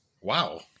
Wow